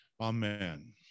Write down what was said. Amen